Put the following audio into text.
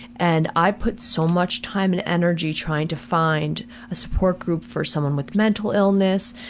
and i've put so much time and energy trying to find a support group for someone with mental illness,